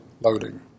loading